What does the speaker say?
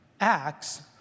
Acts